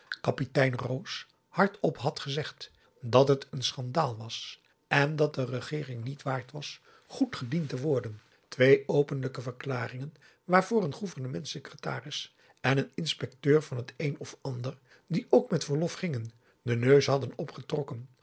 kapitein koos hardop had gezegd dat het n schandaal was en dat de regeering niet waard was goed gediend te worden twee openlijke verklaringen waarvoor een gouvernements secretaris en een inspecteur van het een of ander die ook met verlof gingen den neus hadden opgetrokken